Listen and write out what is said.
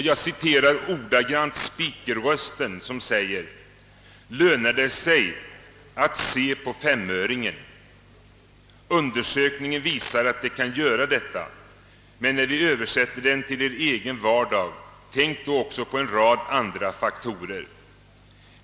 Jag citerar ordagrant ur speakertexten: »Lönar det sig att se på femöringen? Undersökningen visar att det kan göra detta, men när ni översätter den till er egen vardag, tänk då också på en rad andra faktorer!